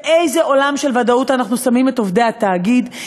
באיזה עולם של ודאות אנחנו שמים את עובדי התאגיד?